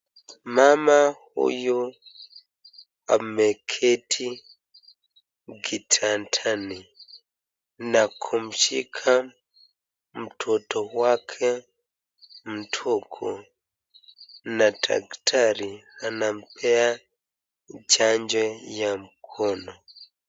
Mama huyu ameketi kitandani na kumshika mtoto wake mdogo na daktari anampea chanjo ya mkono.